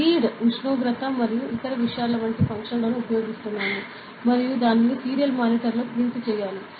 read ఉష్ణోగ్రత మరియు ఇతర విషయాల వంటి ఫంక్షన్ల నుఉపయోగిస్తున్నాము మరియు దానిని సీరియల్ మానిటర్లో ప్రింట్ చేయాలి